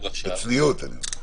בצניעות אני אומר.